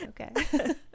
Okay